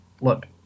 look